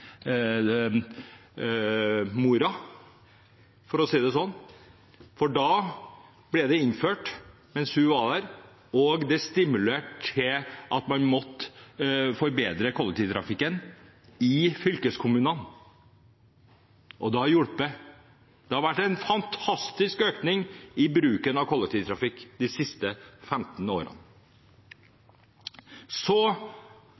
belønningsmiddelmoren, for å si det sånn, for dette ble innført mens hun satt, og det stimulerte til at man måtte forbedre kollektivtrafikken i fylkeskommunene. Og det har hjulpet. Det har vært en fantastisk økning i bruken av kollektivtrafikk de siste 15 årene. Så